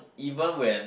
even when